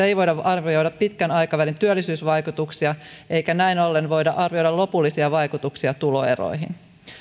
ei voida arvioida pitkän aikavälin työllisyysvaikutuksia eikä näin ollen voida arvioida lopullisia vaikutuksia tuloeroihin